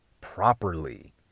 properly